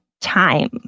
time